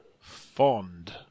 fond